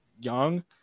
young